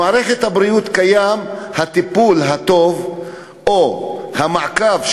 במערכת הבריאות קיים טיפול טוב או מעקב,